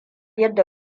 yadda